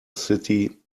city